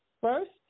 First